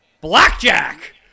Blackjack